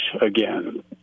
again